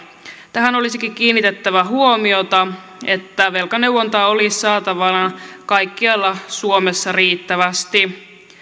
tähän olisikin kiinnitettävä huomiota jotta velkaneuvontaa olisi saatavana kaikkialla suomessa riittävästi